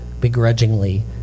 begrudgingly